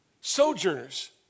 sojourners